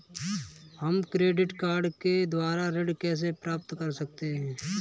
हम credit card के द्वारा ऋण कैसे प्राप्त कर सकते हैं?